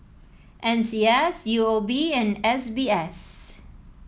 N C S U O B and S B S